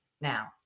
now